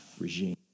regime